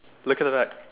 look at the back